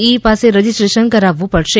ઇ પાસે રજીસ્ટ્રેશન કરાવવું પડશે